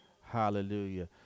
hallelujah